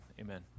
amen